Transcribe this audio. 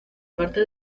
parte